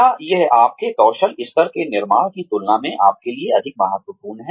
क्या यह आपके कौशल स्तर के निर्माण की तुलना में आपके लिए अधिक महत्वपूर्ण है